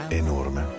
enorme